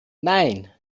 nein